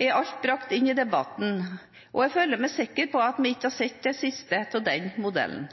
er alt brakt inn i debatten, og jeg føler meg sikker på at vi ikke har sett det siste til den modellen.